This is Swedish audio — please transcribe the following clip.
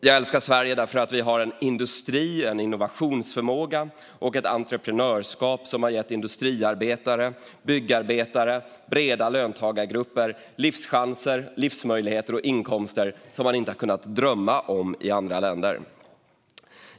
Jag älskar Sverige därför att vi har en industri, en innovationsförmåga och ett entreprenörskap som har gett industriarbetare, byggarbetare och breda löntagargrupper livschanser, livsmöjligheter och inkomster som man inte kunnat drömma om i andra länder.